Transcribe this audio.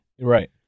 right